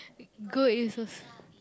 good